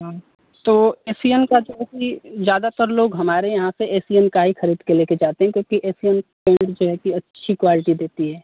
हाँ तो एसियन का जो कि ज़्यादातर लोग हमारे यहाँ से एसियन का ही खरीद के लेकर जाते हैं क्योंकि एसियन पेंट जो है कि अच्छी क्वालटी देती है